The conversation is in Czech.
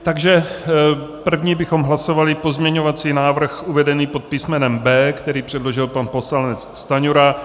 Takže první bychom hlasovali pozměňovací návrh uvedený pod písmenem B, který předložil pan poslanec Stanjura.